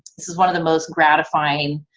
this is one of the most gratifying,